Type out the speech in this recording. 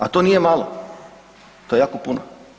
A to nije malo, to je jako puno.